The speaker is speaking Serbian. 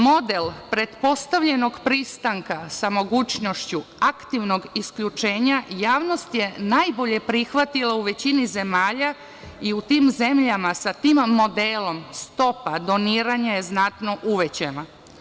Model pretpostavljenog pristanka sa mogućnošću aktivnog isključenja javnost je najbolje prihvatila u većini zemalja i u tim zemljama sa tim modelom stopa doniranja je znatno uvećana.